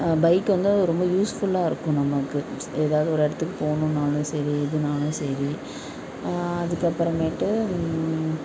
bike வந்து ரொம்ப யூஸ்ஃபுல்லாக இருக்கும் நமக்கு ஏதாவது ஒரு இடத்துக்குப் போணும்னாலும் சரி எதுனாலும் சரி அதுக்கப்புறமேட்டு